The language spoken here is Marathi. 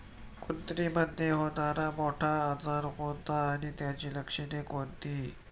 कुत्रीमध्ये होणारा मोठा आजार कोणता आणि त्याची लक्षणे कोणती?